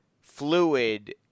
fluid